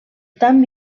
tan